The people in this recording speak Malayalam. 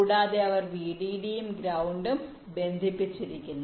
കൂടാതെ അവർ വിഡിഡിയും ഗ്രൌണ്ടും ബന്ധിപ്പിച്ചിരിക്കുന്നു